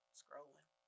scrolling